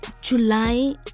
July